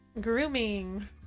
grooming